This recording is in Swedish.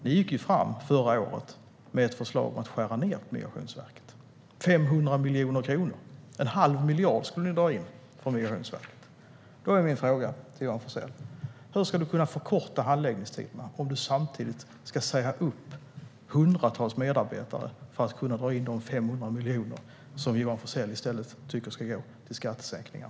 Ni gick förra året fram med ett förslag om att skära ned på Migrationsverket. 500 miljoner kronor - en halv miljard - skulle ni dra in från Migrationsverket. Då är min fråga till Johan Forssell: Hur ska du kunna förkorta handläggningstiderna om du samtidigt ska säga upp hundratals medarbetare för att kunna dra in de 500 miljoner som du i stället tycker ska gå till skattesänkningar?